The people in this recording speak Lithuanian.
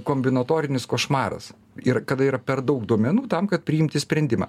kombinotorinis košmaras ir kada yra per daug duomenų tam kad priimti sprendimą